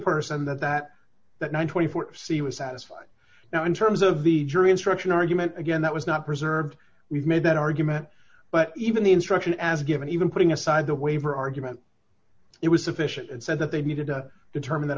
person that that that one hundred and twenty four dollars c was satisfied now in terms of the jury instruction argument again that was not preserved we've made that argument but even the instruction as given even putting aside the waiver argument it was sufficient and said that they needed to determine that